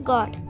God